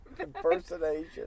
Impersonation